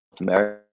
America